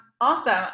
Awesome